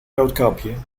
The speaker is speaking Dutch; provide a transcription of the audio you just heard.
roodkapje